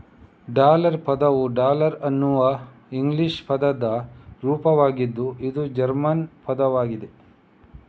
dollar ಪದವು thaler ಅನ್ನುವ English ಪದದ ರೂಪವಾಗಿದ್ದು ಇದು ಜರ್ಮನ್ ಪದವಾಗಿದೆ